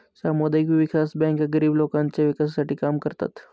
सामुदायिक विकास बँका गरीब लोकांच्या विकासासाठी काम करतात